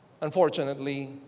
Unfortunately